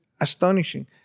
astonishing